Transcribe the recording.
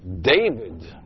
David